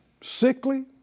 Sickly